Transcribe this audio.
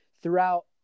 throughout